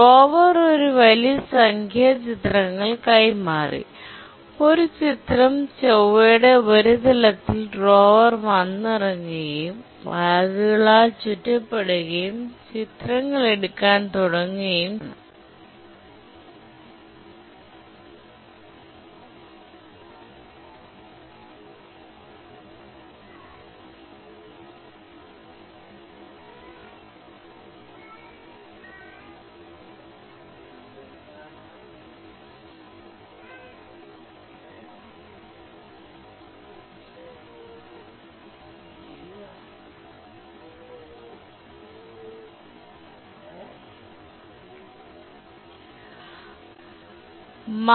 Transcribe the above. rover ഒരു വലിയ സംഖ്യ ചിത്രങ്ങൾ കൈമാറി ഒരു ചിത്രം ചൊവ്വയുടെ ഉപരിതലത്തിൽ റോവർ വന്നിറങ്ങുകയും ബാഗുകളാൽ ചുറ്റപ്പെടുകയും ചിത്രങ്ങൾ എടുക്കാൻ തുടങ്ങുകയും ചെയ്തത് ആണ്